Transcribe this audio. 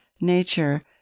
Nature